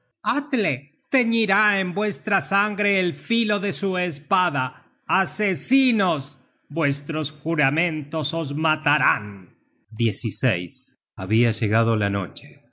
atle teñirá en vuestra sangre el filo de su espada asesinos vuestros juramentos os matarán habia llegado la noche